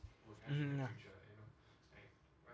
mmhmm